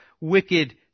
wicked